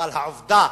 אבל העובדה